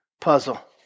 puzzle